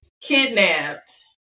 kidnapped